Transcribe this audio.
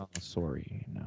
sorry